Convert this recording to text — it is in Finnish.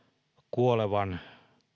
kuolevan